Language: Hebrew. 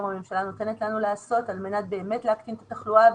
הממשלה נותנת לנו לעשות על מנת להקטין באמת את התחלואה,